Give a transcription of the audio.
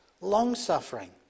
long-suffering